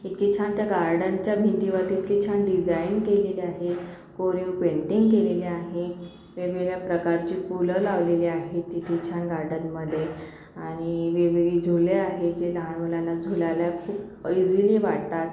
इतके छान त्या गार्डनच्या भिंतीवरती इतके छान डिजाईन केलेलं आहे कोरीव पेंटिंग केलेल्या आहे वेगवेगळ्या प्रकारची फुलं लावलेली आहेत तिथे छान गार्डनमध्ये आणि वेगवेगळी झुले आहेत जे लहान मुलांना झुलायला खूप इझिली वाटतात